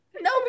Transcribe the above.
No